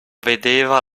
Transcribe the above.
vedeva